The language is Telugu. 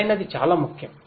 సరైనది చాలా ముఖ్యం